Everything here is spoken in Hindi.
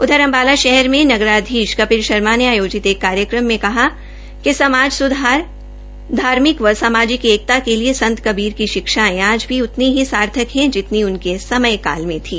उधर अम्बाला शहर में नगराधीश कपिल शर्मा ने आयोजित एक कार्यक्रम में कहा कि समाज सुधार धार्मिक व समाजिक एकता के लिए संत कबीर की शिक्षाएं आज भी उतनी ही सार्थक हैं जितनी उनके समयकाल में थी